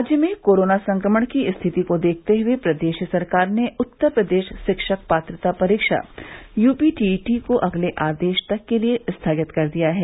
राज्य में कोरोना संक्रमण की स्थिति को देखते हुए प्रदेश सरकार ने उत्तर प्रदेश शिक्षक पात्रता परीक्षा यूपी टीईटी को अगले आदेश तक के लिये स्थगित कर दिया है